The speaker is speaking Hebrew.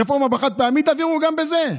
רפורמה בחד-פעמי, תעבירו גם בזה,